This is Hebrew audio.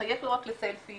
לחייך לא רק לסלפי,